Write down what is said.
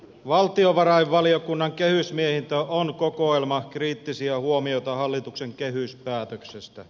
valtiovarainvaliokunnan kehysmietintö on kokoelma kriittisiä huomioita hallituksen kehyspäätöksestä